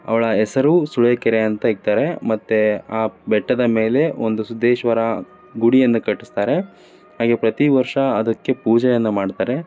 ಅವಳ ಹೆಸರು ಸೂಳೆಕೆರೆ ಅಂತ ಇಡ್ತಾರೆ ಮತ್ತು ಆ ಬೆಟ್ಟದ ಮೇಲೆ ಒಂದು ಸಿದ್ದೇಶ್ವರ ಗುಡಿಯನ್ನು ಕಟ್ಟಿಸ್ತಾರೆ ಹಾಗೇ ಪ್ರತಿ ವರ್ಷ ಅದಕ್ಕೆ ಪೂಜೆಯನ್ನು ಮಾಡ್ತಾರೆ